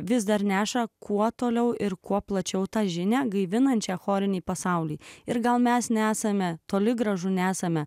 vis dar neša kuo toliau ir kuo plačiau tą žinią gaivinančią chorinį pasaulį ir gal mes nesame toli gražu nesame